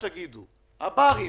הברים,